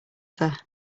other